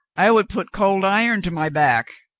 i would put cold iron to my back.